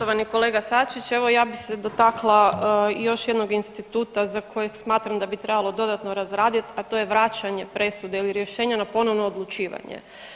Poštovani kolega Sačić, evo ja bih se dotakla i još jednog instituta za koje smatram da bi trebalo dodatno razraditi, a to je vraćanje presude ili rješenja na ponovno odlučivanje.